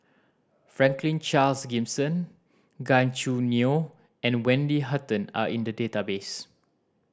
Franklin Charles Gimson Gan Choo Neo and Wendy Hutton are in the database